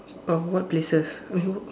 uh what places